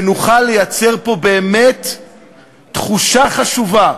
נוכל לייצר פה באמת תחושה חשובה,